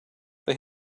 they